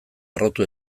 harrotu